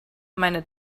meine